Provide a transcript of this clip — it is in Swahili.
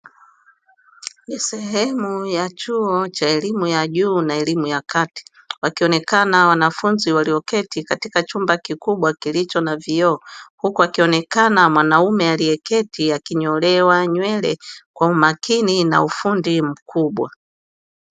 Sehemu ya Chuo cha elimu ya juu na elimu ya Kati. Wakionekana wanafunzi walioketi katika chumba kikubwa kilicho na vioo. Huku akionekana mwanaume alieketi akinyolewa nywele kwa umakini na ufundi mkubwa.